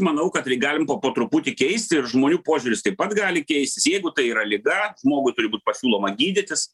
manau kad galim po po truputį keisti ir žmonių požiūris taip pat gali keistis jeigu tai yra liga žmogui turi būt pasiūloma gydytis